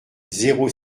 zéro